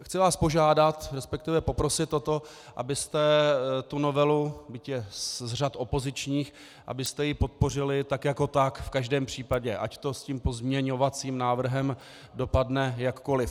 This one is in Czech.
Chci vás požádat, respektive poprosit o to, abyste tu novelu, byť je z řad opozičních, podpořili tak jako tak v každém případě, ať to s tím pozměňovacím návrhem dopadne jakkoliv.